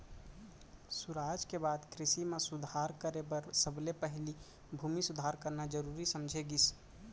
सुराज के बाद कृसि म सुधार करे बर सबले पहिली भूमि सुधार करना जरूरी समझे गिस